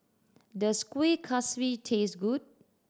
does Kueh Kaswi taste good